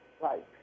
Right